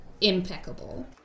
impeccable